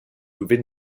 within